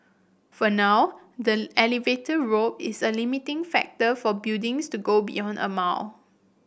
for now the elevator rope is a limiting factor for buildings to go beyond a mall